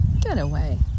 getaway